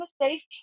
mistakes